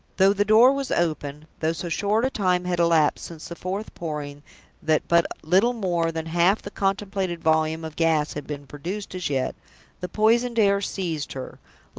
though the door was open though so short a time had elapsed since the fourth pouring that but little more than half the contemplated volume of gas had been produced as yet the poisoned air seized her,